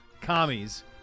Commies